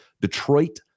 Detroit